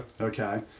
okay